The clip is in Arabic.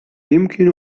يمكن